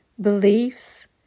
beliefs